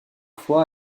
fois